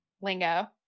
lingo